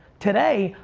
today,